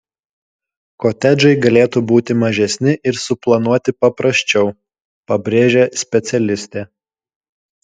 kotedžai galėtų būti mažesni ir suplanuoti paprasčiau pabrėžia specialistė